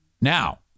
Now